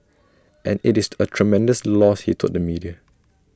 and IT is A tremendous loss he told the media